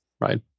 right